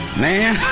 man,